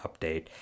update